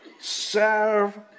serve